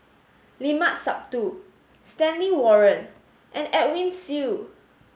Limat Sabtu Stanley Warren and Edwin Siew